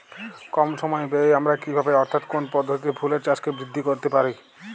কম সময় ব্যায়ে আমরা কি ভাবে অর্থাৎ কোন পদ্ধতিতে ফুলের চাষকে বৃদ্ধি করতে পারি?